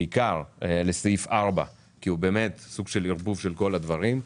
בעיקר לסעיף 4 שהוא באמת סוג של ערבוב של כל הדברים.